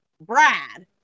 brad